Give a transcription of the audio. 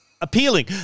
appealing